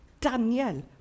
Daniel